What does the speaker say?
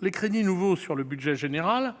Les crédits nouveaux sur le budget général,